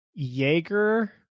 Jaeger